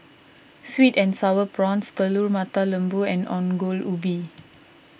Sweet and Sour Prawns Telur Mata Lembu and Ongol Ubi